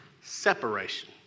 separation